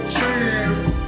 chance